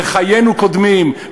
וחיינו קודמים.